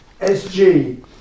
SG